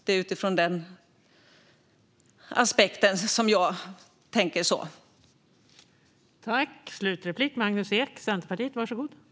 Det är utifrån den aspekten jag tänker på det sättet.